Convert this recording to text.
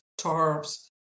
tarps